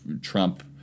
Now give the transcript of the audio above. Trump